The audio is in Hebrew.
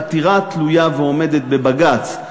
עתירה תלויה ועומדת בבג"ץ,